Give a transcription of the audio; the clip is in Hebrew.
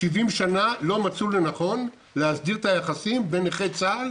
70 שנה לא מצאו לנכון להסדיר את היחסים בין נכי צה"ל